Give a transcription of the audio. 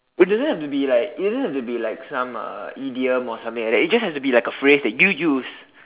it doesn't have to be like it doesn't have to be like some uh idiom or something like that it just have to be like a phrase that you use